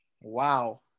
Wow